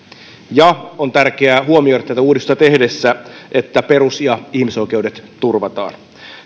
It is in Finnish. on tärkeää huomioida tätä uudistusta tehtäessä että perus ja ihmisoikeudet turvataan